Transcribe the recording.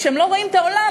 כשהם לא רואים את העולם,